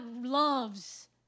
loves